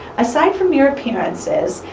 aside from mere appearances,